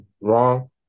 wrong